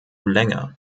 länger